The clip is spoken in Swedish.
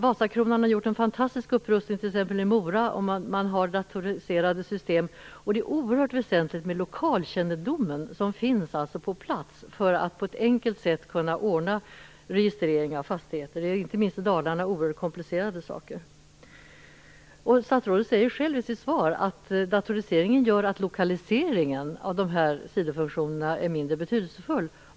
Vasakronan har t.ex. gjort en fantastisk upprustning i Mora. Man har datoriserade system. Det är oerhört väsentligt med den lokalkännedom som finns på plats för att på ett enkelt sätt kunna ordna registrering av fastigheter. Det är - inte minst i Dalarna - ibland komplicerade saker. Statsrådet säger själv i sitt svar att datoriseringen gör att lokaliseringen av sidofunktionerna är mindre betydelsefull.